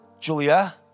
Julia